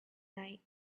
night